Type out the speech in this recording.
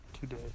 today